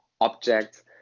objects